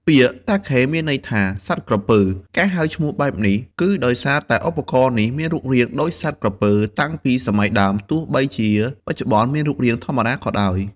ពាក្យ «តាខេ» មានន័យថា «សត្វក្រពើ»។ ការហៅឈ្មោះបែបនេះ គឺដោយសារតែឧបករណ៍នេះមានរូបរាងដូចសត្វក្រពើតាំងពីសម័យដើម ទោះបីជាបច្ចុប្បន្នមានរូបរាងធម្មតាក៏ដោយ។